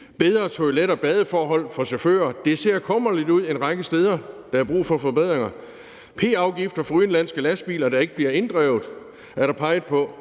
bedre toilet- og badeforhold for chauffører – det ser kummerligt ud en række steder; der er brug for forbedringer – p-afgifter for udenlandske lastbiler, der ikke bliver inddrevet, er der peget på,